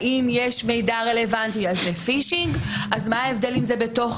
אני כן חושבת שההפרדה כרגע אני מדברת לפחות